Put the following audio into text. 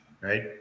right